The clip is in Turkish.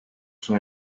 zor